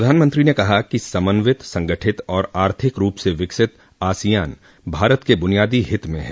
प्रधानमंत्री ने कहा कि समन्वित संगठित और आर्थिक रूप से विकसित आसियान भारत के ब्रनियादी हित में है